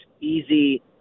easy